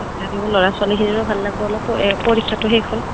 ল'ৰা ছোৱালীখিনিৰো ভাল লাগিব অলপ অ' পৰীক্ষাটো শেষ হ'ল